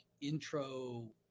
intro